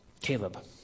caleb